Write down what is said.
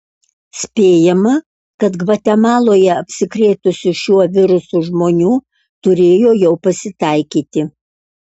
spėjama kad gvatemaloje apsikrėtusių šiuo virusu žmonių turėjo jau pasitaikyti